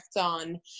on